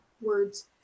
words